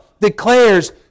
declares